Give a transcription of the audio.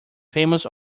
famous